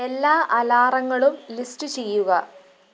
എല്ലാ അലാറങ്ങളും ലിസ്റ്റ് ചെയ്യുക